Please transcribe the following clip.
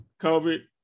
COVID